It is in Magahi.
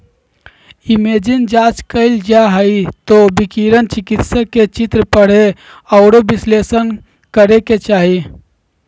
इमेजिंग जांच कइल जा हइ त विकिरण चिकित्सक के चित्र पढ़े औरो विश्लेषण करे के चाही